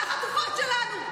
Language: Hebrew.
על החטופות שלנו.